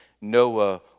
Noah